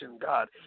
God